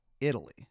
Italy